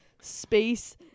space